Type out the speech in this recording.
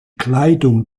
kleidung